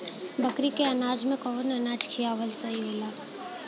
बकरी के अनाज में कवन अनाज खियावल सही होला?